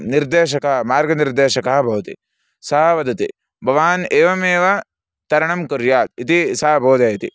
निर्देशकः मार्गनिर्देशकः भवति सः वदति भवान् एवमेव तरणं कुर्यात् इति सः बोधयति